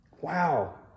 Wow